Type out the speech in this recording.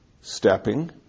stepping